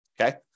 okay